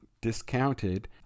discounted